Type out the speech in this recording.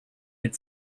had